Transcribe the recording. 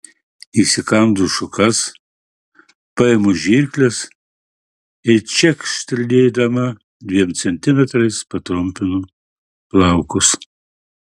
įsikandu šukas paimu žirkles ir čekštelėdama dviem centimetrais patrumpinu plaukus